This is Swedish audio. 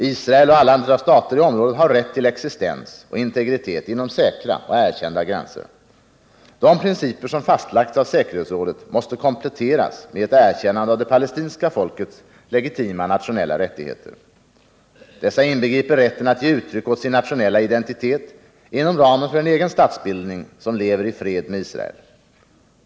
Israel och alla andra stater i området har rätt till existens och integritet inom säkra och erkända gränser. De principer som fastlagts av säkerhetsrådet måste kompletteras med ett erkännande av det palestinska folkets legitima nationella rättigheter. Dessa inbegriper rätten att ge uttryck åt sin nationella identitet inom ramen för en egen statsbildning, som lever i fred med Israel.